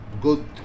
good